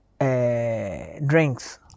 drinks